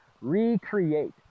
recreate